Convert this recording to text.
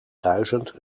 duizend